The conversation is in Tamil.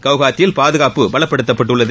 கவுகாத்தியில் பாதுகாப்பு பலப்படுத்தப்பட்டுள்ளது